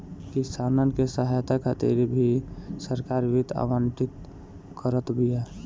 किसानन के सहायता खातिर भी सरकार वित्त आवंटित करत बिया